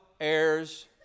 heirs